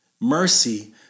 Mercy